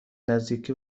نزدیکی